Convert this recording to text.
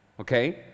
okay